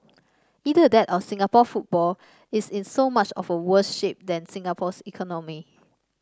either that or Singapore football is in so much of a worse shape than Singapore's economy